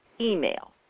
email